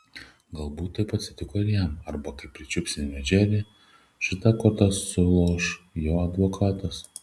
galbūt taip atsitiko ir jam arba kai pričiupsime džerį šita korta suloš jo advokatas